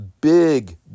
big